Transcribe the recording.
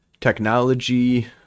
technology